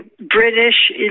British